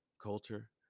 culture